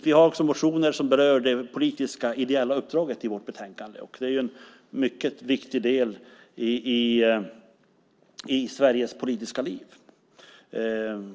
Vi har motioner i vårt betänkande som berör det politiska ideella uppdraget, och det är en mycket viktig del i Sveriges politiska liv.